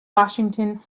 washington